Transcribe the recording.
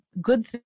good